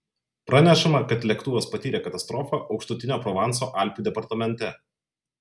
pranešama kad lėktuvas patyrė katastrofą aukštutinio provanso alpių departamente